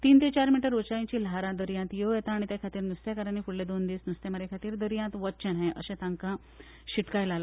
तीन ते चार मिटर उंचायेचीं ल्हारा दर्यांत येवं येता आनी ते खातीर नुस्तेकारांनी फुडले दोन दीस नुस्तेमारी खातीर दर्यांत वचचें न्हय अशें तांकां शिटकायलां